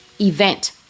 event